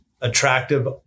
attractive